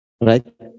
right